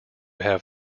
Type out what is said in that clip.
have